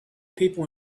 people